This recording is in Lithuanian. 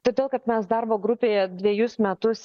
todėl kad mes darbo grupėje dvejus metus